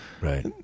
Right